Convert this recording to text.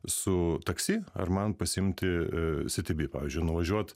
su taksi ar man pasiimti city bee pavyzdžiui nuvažiuot